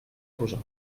posar